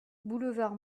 boulevard